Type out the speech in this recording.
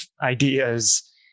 ideas